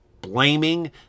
blaming